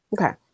Okay